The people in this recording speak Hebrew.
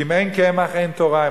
כי אם אין קמח אין תורה.